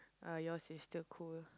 uh yours is still cool